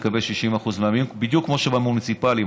יקבל 60%; בדיוק כמו במוניציפלי,